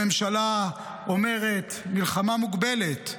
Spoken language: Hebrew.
הממשלה אומרת "מלחמה מוגבלת",